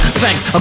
thanks